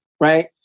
Right